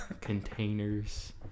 containers